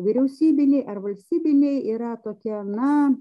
vyriausybiniai ar valstybiniai yra tokie na